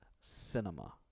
cinema